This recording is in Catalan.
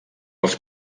els